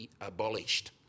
abolished